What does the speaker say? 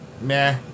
Nah